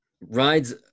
rides